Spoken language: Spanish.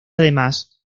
además